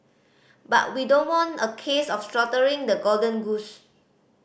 but we don't want a case of slaughtering the golden goose